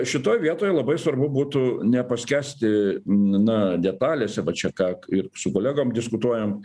šitoj vietoj labai svarbu būtų nepaskęsti na detalėse va čia ką ir su kolegom diskutuojam